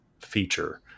feature